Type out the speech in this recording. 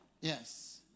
yes